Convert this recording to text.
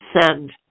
send